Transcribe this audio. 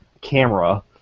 camera